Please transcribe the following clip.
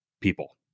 people